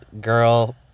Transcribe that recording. girl